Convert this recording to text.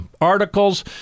articles